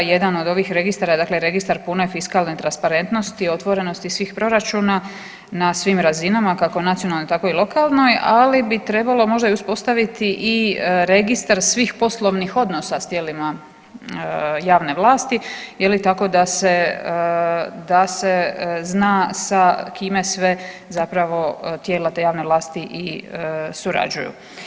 Jedan od ovih registara, dakle registar pune fiskalne transparentnosti, otvorenosti svih proračuna na svim razinama kako nacionalnoj tako i lokalnoj, ali bi trebalo možda uspostaviti i registar svih poslovnih odnosa s tijelima javne vlasti je li tako da se, da se zna sa kime sve zapravo tijela te javne vlasti i surađuju.